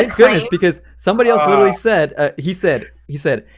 ah because because somebody else really said ah he said he said,